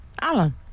Alan